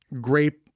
grape